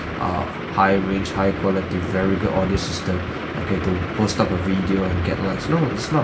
err high range high quality very good all this system okay to post up a video and get likes no it's not